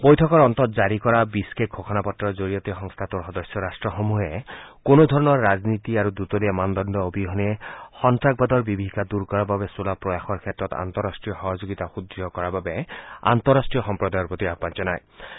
বৈঠকৰ অন্তত জাৰি কৰা বিছকেক ঘোষণা পত্ৰৰ জৰিয়তে সংস্থাটোৰ সদস্য ৰাট্টসমূহে কোনোধৰণৰ ৰাজনীতি আৰু দুতলীয়া মানদণ্ড অবিহনে সন্তাবাদৰ বিভীষিকা দূৰ কৰাৰ বাবে চলোৱা প্ৰয়াসৰ ক্ষেত্ৰত আন্তঃৰাষ্ট্ৰীয় সহযোগিতা সূদ্য় কৰাৰ বাবে আন্তঃৰাষ্ট্ৰীয় সম্প্ৰদায়ৰ প্ৰতি আহান জনাইছে